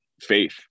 faith